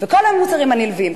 וכל המוצרים הנלווים.